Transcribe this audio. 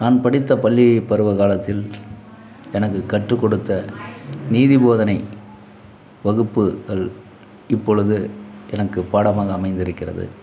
நான் படித்த பள்ளி பருவகாலத்தில் எனக்கு கற்றுக்கொடுத்த நீதிபோதனை வகுப்புகள் இப்பொழுது எனக்கு பாடமாக அமைந்திருக்கிறது